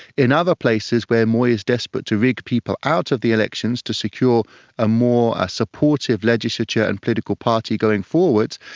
in other places where moi is desperate to rig people out of the elections to secure a more ah supportive legislature and political party going forwards,